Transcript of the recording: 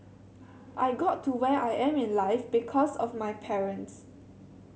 I got to where I am in life because of my parents